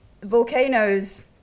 volcanoes